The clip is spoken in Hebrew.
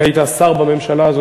כשהיית שר בממשלה.